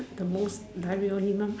the most die real only mah